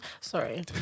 Sorry